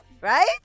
Right